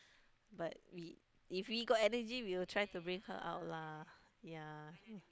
but we if we got energy we will try to bring her out lah ya